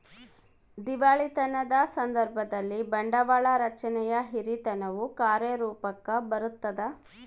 ದಿವಾಳಿತನದ ಸಂದರ್ಭದಲ್ಲಿ, ಬಂಡವಾಳ ರಚನೆಯ ಹಿರಿತನವು ಕಾರ್ಯರೂಪುಕ್ಕ ಬರತದ